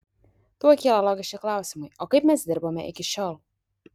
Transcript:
tuoj kyla logiški klausimai o kaip mes dirbome iki šiol